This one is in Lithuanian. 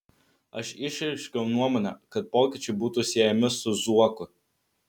aš išreiškiau nuomonę kad pokyčiai būtų siejami su zuoku